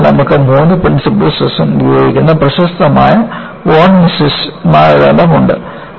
അതിനാൽ നമുക്ക് മൂന്ന് പ്രിൻസിപ്പൾ സ്ട്രെസ്ലും ഉപയോഗിക്കുന്ന പ്രശസ്തമായ വോൺ മിസസ് മാനദണ്ഡമുണ്ട്